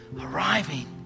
Arriving